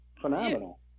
phenomenal